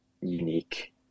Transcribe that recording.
unique